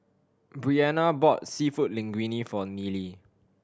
Briana bought Seafood Linguine for Nealie